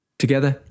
together